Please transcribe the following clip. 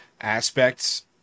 aspects